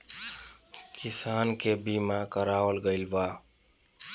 किसान के बीमा करावल गईल बा